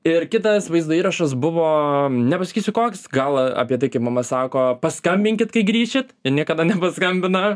ir kitas vaizdo įrašas buvo nepasakysiu koks gal apie tai kaip mama sako paskambinkit kai grįšit ir niekada nepaskambina